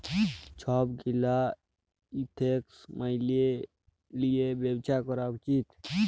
ছব গীলা এথিক্স ম্যাইলে লিঁয়ে ব্যবছা ক্যরা উচিত